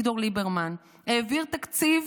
שר האוצר אביגדור ליברמן העביר תקציב